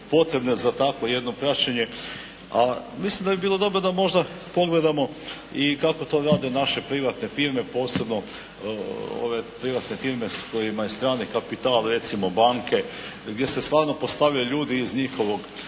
potrebne za takvo jedno praćenje a mislim da bi bilo dobro da možda i pogledamo i kako to rade naše privatne firme? Posebno ove privatne firme kojima je strani kapital recimo banke gdje se stalno postavljaju ljudi iz njihovog